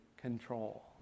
control